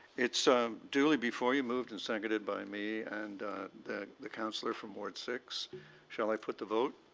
it's so duly before you moved and seconded by me. and that the councillor from ward six shall i put to vote?